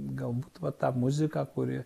galbūt va ta muzika kuri